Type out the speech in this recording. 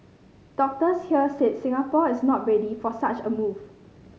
doctors here said Singapore is not ready for such a move